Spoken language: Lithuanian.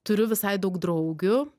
turiu visai daug draugių